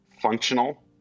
functional